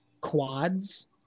quads